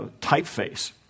typeface